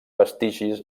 vestigis